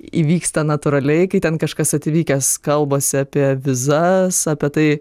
įvyksta natūraliai kai ten kažkas atvykęs kalbasi apie vizas apie tai